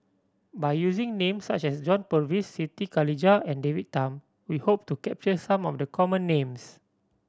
by using names such as John Purvis Siti Khalijah and David Tham we hope to capture some of the common names